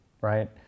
right